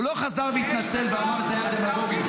הוא לא חזר והתנצל ואמר שזה היה דמגוגי.